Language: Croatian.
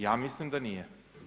Ja mislim da nije.